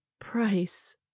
price